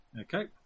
Okay